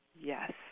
Yes